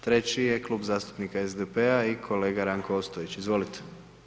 Treći je klub zastupnika SDP-a i kolega Ranko Ostojić, izvolite.